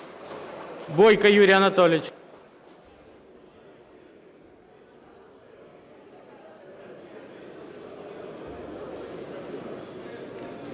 Бойко Юрій Анатолійович.